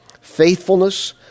faithfulness